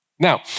Now